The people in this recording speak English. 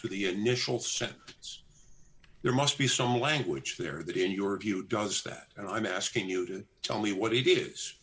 to the initial set it's there must be some language there that in your view does that and i'm asking you to tell me what it is